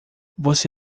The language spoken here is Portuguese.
você